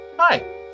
Hi